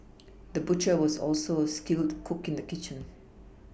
the butcher was also a skilled cook in the kitchen